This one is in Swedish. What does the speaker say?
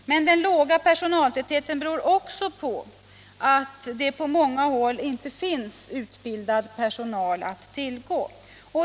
Men den låga personaltätheten beror också på att det på många håll inte finns utbildad personal att tillgå.